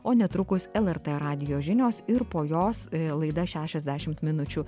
o netrukus el er tė radijo žinios ir po jos laida šešiasdešimt minučių